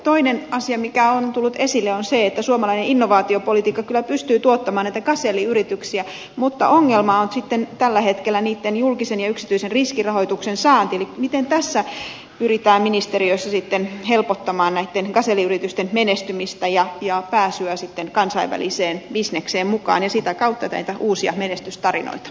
toinen asia mikä on tullut esille on se että suomalainen innovaatiopolitiikka kyllä pystyy tuottamaan näitä gaselliyrityksiä mutta ongelma on tällä hetkellä niitten julkisen ja yksityisen riskirahoituksen saanti eli miten tässä pyritään ministeriössä sitten helpottamaan näitten gaselliyritysten menestymistä ja pääsyä kansainväliseen bisnekseen mukaan ja sitä kautta luomaan näitä uusia menestystarinoita